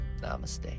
Namaste